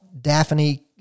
daphne